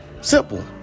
Simple